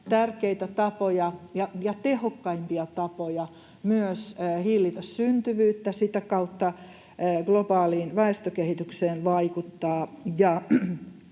tärkeitä tapoja ja tehokkaimpia tapoja myös hillitä syntyvyyttä, vaikuttaa sitä kautta globaaliin väestökehitykseen ja